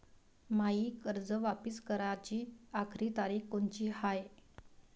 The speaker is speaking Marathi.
मायी कर्ज वापिस कराची आखरी तारीख कोनची हाय?